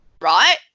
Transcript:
right